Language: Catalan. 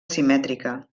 simètrica